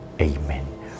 Amen